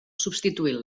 substituint